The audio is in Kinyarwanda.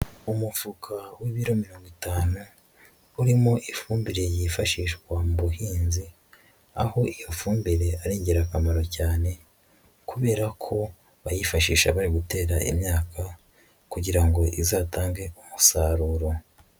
Umufuka w'ibiro mirongo itanu urimo ifumbire yifashishwa mu buhinzi, aho iyo fumbire ari ingirakamaro cyane kuberako bayifasha bari gutera imyaka kugira ngo izatange umusaruro.